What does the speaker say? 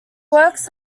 works